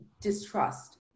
distrust